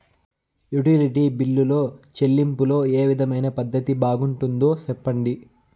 Utility బిల్లులో చెల్లింపులో ఏ విధమైన పద్దతి బాగుంటుందో సెప్పండి?